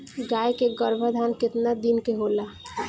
गाय के गरभाधान केतना दिन के होला?